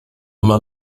immer